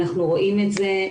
אנחנו רואים את זה.